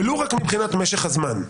ולו רק מבחינת משך הזמן.